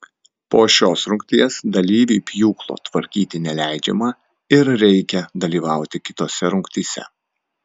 po šios rungties dalyviui pjūklo tvarkyti neleidžiama ir reikia dalyvauti kitose rungtyse